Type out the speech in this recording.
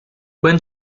when